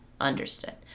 Understood